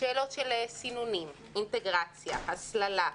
שאלות של סינונים, אינטגרציה, הסללה,